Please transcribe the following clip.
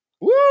Woo